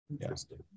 Interesting